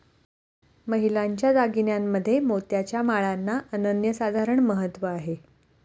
महिलांच्या दागिन्यांमध्ये मोत्याच्या माळांना अनन्यसाधारण महत्त्व आहे